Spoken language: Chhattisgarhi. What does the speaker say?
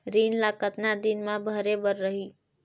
ऋण ला कतना दिन मा भरे बर रही?